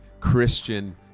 Christian